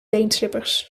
teenslippers